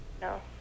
No